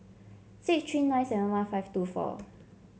six three nine seven one five two four